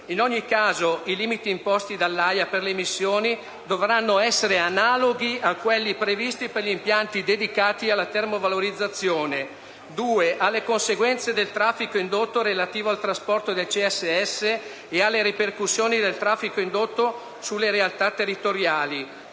(in ogni caso, i limiti imposti dall'AIA per le emissioni dovranno essere analoghi a quelli previsti per gli impianti dedicati alla termovalorizzazione); alle conseguenze del traffico indotto relativo al trasporto del CSS e alle ripercussioni del traffico indotto sulle realtà territoriali